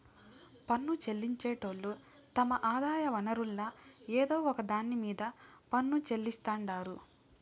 పన్ను చెల్లించేటోళ్లు తమ ఆదాయ వనరుల్ల ఏదో ఒక దాన్ని మీద పన్ను చెల్లిస్తాండారు